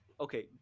okay